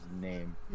name